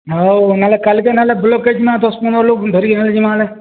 ହଉ ନହେଲେ କାଲ୍କେ ନହେଲେ ବ୍ଲକ୍କେ ଦଶ୍ ପନ୍ଦ୍ର ଲୋକ୍ ଧରିକିନା ଯିମା ହେଲେ